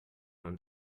und